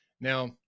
Now